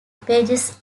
pages